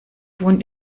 wohnt